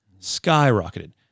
skyrocketed